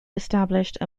established